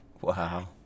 Wow